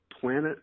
planet